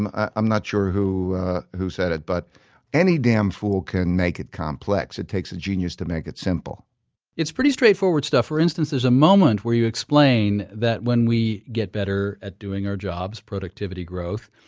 i'm i'm not sure who who said it, but any damn fool can make it complex it takes a genius to make it simple it's pretty straightforward stuff. for instance, there's a moment where you explain that when we get better at doing our jobs, productivity growth,